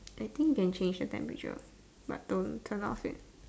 I think can change the temperature but don't turn off it